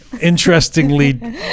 interestingly